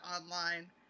online